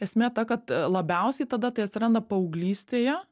esmė ta kad labiausiai tada tai atsiranda paauglystėje